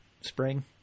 spring